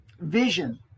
vision